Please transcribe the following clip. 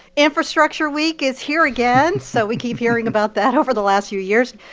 infrastructure week is here again, so we keep hearing about that over the last few years.